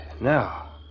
Now